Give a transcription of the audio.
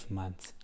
months